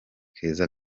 keza